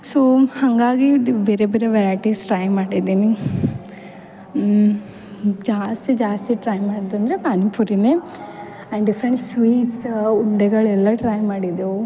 so ಹಂಗಾಗಿದ್ದು ಬೇರೆ ಬೇರೆ ವೆರೈಟಿಸ್ ಟ್ರೈ ಮಾಡಿದ್ದೀನಿ ಜಾಸ್ತಿ ಜಾಸ್ತಿ ಟ್ರೈ ಮಾಡಿದಂದ್ರೆ ಪಾನಿ ಪೂರಿನೇ ಆ್ಯಂಡ್ ಡಿಫ್ರೆಂಟ್ ಸ್ವೀಟ್ಸ್ ಉಂಡೆಗಳೆಲ್ಲ ಟ್ರೈ ಮಾಡಿದೆವು